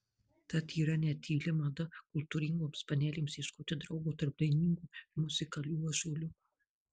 tad yra net tyli mada kultūringoms panelėms ieškoti draugo tarp dainingų ir muzikalių ąžuoliukų